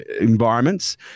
environments